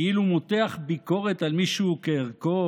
כאילו הוא מותח ביקורת על מישהו כערכו,